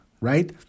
right